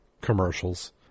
commercials